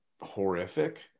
horrific